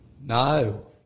No